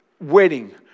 wedding